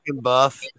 buff